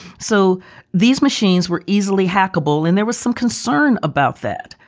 so these machines were easily hackable and there was some concern about that.